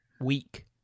weak